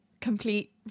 complete